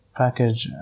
package